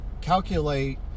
calculate